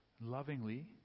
lovingly